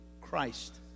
Christ